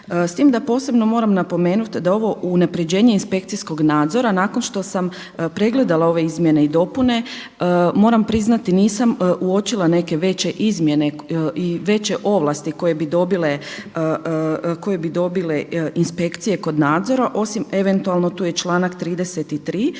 S tim da posebno moram napomenuti da ovo unapređenje inspekcijskog nadzora nakon što sam pregledala ove izmjene i dopune moram priznati nisam uočila neke veće izmjene i veće ovlasti koje bi dobile inspekcije kod nadzora, osim eventualno tu je članak 33. gdje se na zahtjev nadležnog